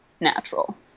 natural